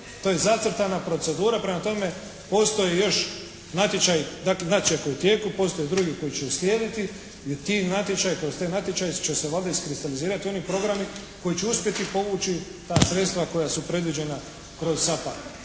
to je zacrtana procedura. Prema tome, postoji još natječaj. Dakle, natječaj je u tijeku, postoje drugi koji će uslijediti jer ti natječaji, kroz te natječaje će se valjda iskristalizirati oni programi koji će uspjeti povući ta sredstva koja su predviđena kroz SAPARD.